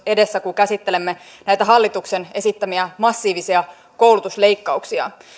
edessä kun käsittelemme näitä hallituksen esittämiä massiivisia koulutusleikkauksia